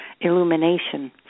illumination